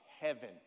heaven